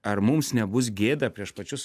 ar mums nebus gėda prieš pačius